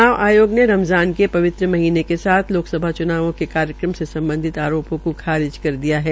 च्नाव आयोग ने रमज़ान के पवित्र महीने के साथ लोकसभा च्नावों के कार्यक्रम से स्मबधित अरोपों को खारिज़ कर दिया है